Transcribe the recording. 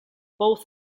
both